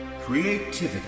Creativity